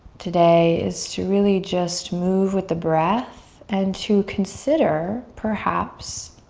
today is to really just move with the breath and to consider perhaps